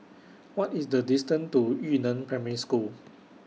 What IS The distance to Yu Neng Primary School